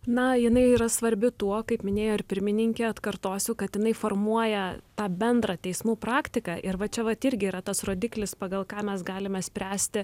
na jinai yra svarbi tuo kaip minėjo ir pirmininkė atkartosiu kad jinai formuoja tą bendrą teismų praktiką ir va čia vat irgi yra tas rodiklis pagal ką mes galime spręsti